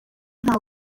nta